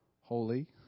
holy